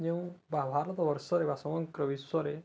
ଯେଉଁ ବା ଭାରତ ବର୍ଷରେ ବା ସମଗ୍ର ବିଶ୍ୱରେ